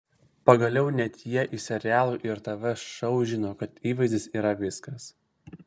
pagaliau net jie iš serialų ir tv šou žino kad įvaizdis yra viskas